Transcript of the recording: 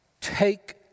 take